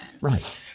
Right